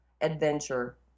adventure